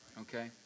okay